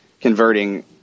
converting –